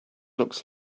looks